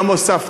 גם הוספתי.